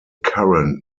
current